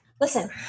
listen